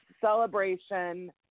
celebration